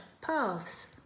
paths